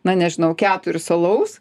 na nežinau keturis alaus